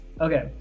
Okay